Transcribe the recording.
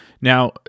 Now